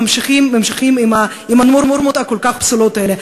ממשיכים עם הנורמות הכל-כך פסולות האלה.